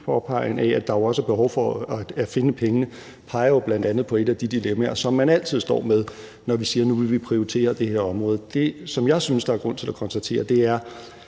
at der også er behov for at finde pengene, peger jo bl.a. på et af de dilemmaer, som man altid står med, når vi siger, at nu vil vi prioritere det her område. Det, som jeg synes der er grund til at konstatere, er